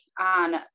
on